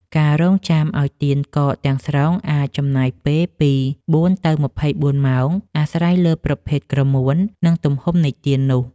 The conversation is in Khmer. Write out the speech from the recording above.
ការរង់ចាំឱ្យទៀនកកទាំងស្រុងអាចចំណាយពេលពី ៤ ទៅ ២៤ ម៉ោង អាស្រ័យលើប្រភេទក្រមួន និងទំហំនៃទៀននោះ។